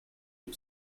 you